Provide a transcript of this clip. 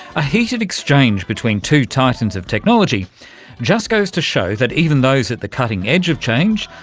a heated exchange between two titans of technology just goes to show that even those at the cutting edge of change,